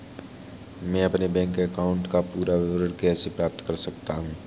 मैं अपने bank account का पूरा विवरण कैसे पता कर सकता हूँ?